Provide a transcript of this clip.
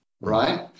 Right